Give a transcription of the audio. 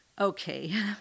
Okay